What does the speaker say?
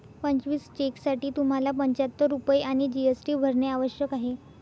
पंचवीस चेकसाठी तुम्हाला पंचाहत्तर रुपये आणि जी.एस.टी भरणे आवश्यक आहे